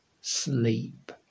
sleep